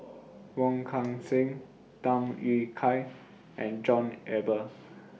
Wong Kan Seng Tham Yui Kai and John Eber